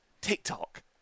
TikTok